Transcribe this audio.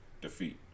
defeat